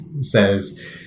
says